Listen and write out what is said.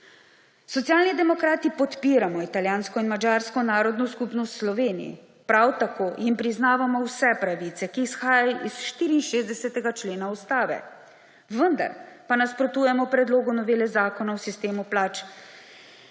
Socialni demokrati podpiramo italijansko in madžarsko narodno skupnosti v Sloveniji, prav tako jim priznavamo vse pravice, ki izhajajo iz 64. člena Ustave, vendar pa nasprotujemo predlogu novele Zakona o sistemu plač